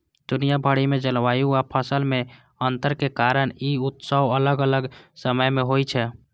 दुनिया भरि मे जलवायु आ फसल मे अंतर के कारण ई उत्सव अलग अलग समय मे होइ छै